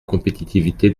compétitivité